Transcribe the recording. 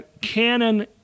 Canon